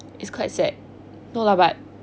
it's quite sad no lah but